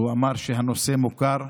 והוא אמר שהנושא מוכר.